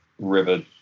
River